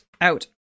out